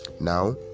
now